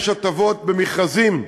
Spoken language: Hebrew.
יש הטבות במכרזים,